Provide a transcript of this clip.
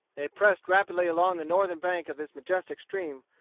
they pressed rapidly along the northern bank of this majestic stream,